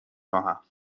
خواهم